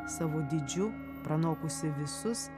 savo dydžiu pranokusį visus